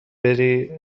بری